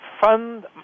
fund